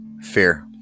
Fear